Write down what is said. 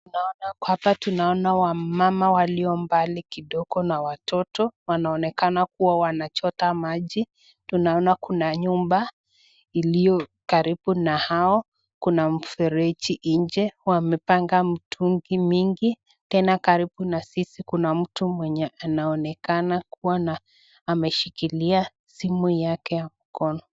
Hapa tunaona wamama walio mbali kidogo na watoto. Wanaonekana kuwa wanachota maji. Tunaona kuna nyumba iliyo karibu na hao. Kuna mfereji nje, wamepanga mitungi mingi, tena karibu na sisi kuna mtu mwenye anaonekana kuwa ameshikilia simu yake ya mkono.